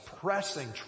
pressing